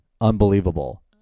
unbelievable